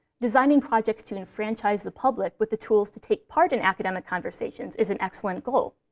designing projects to enfranchise the public with the tools to take part in academic conversations is an excellent goal.